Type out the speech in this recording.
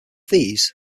these